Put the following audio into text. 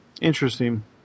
Interesting